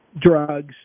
drugs